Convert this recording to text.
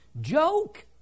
joke